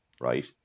right